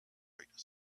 bright